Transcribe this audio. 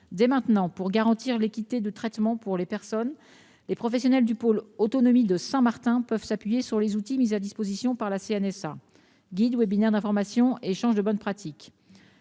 Dès maintenant, pour garantir l'équité de traitement pour les personnes, les professionnels du pôle autonomie de Saint-Martin peuvent s'appuyer sur les outils mis à leur disposition par la CNSA : guides, webinaires d'information et échanges de bonnes pratiques.